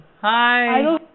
hi